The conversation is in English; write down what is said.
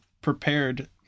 prepared